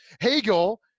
Hegel